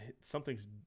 something's